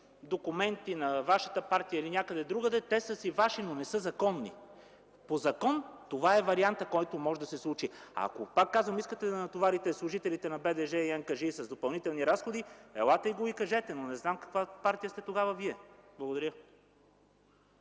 документи на вашата партия или другаде, те са си ваши, но не са законни! По закон това е вариантът, който може да се случи. Пак казвам, ако искате да натоварите служителите на БДЖ и НКЖИ с допълнителни разходи, елате и го кажете, но не знам каква партия сте вие тогава! Благодаря.